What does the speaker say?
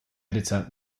editor